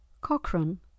Cochrane